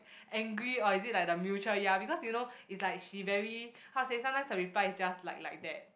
angry or is it like the mutual ya because you know it's like she very how to say sometimes her reply is just like like that